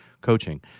coaching